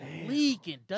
Leaking